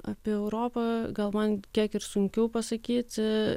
apie europą gal man kiek ir sunkiau pasakyti